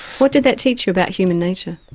what did that teach you about human nature?